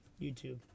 YouTube